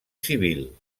civil